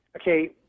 okay